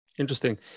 interesting